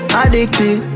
addicted